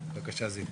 בבקשה, זיו.